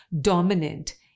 dominant